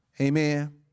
Amen